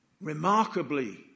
remarkably